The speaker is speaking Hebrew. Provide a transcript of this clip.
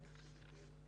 בבקשה.